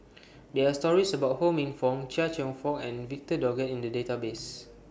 There Are stories about Ho Minfong Chia Cheong Fook and Victor Doggett in The Database